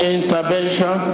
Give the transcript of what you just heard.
intervention